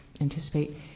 anticipate